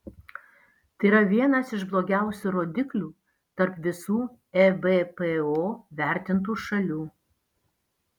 tai yra vienas iš blogiausių rodiklių tarp visų ebpo vertintų šalių